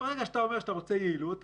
ברגע שאתה אומר שאתה רוצה יעילות,